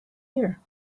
year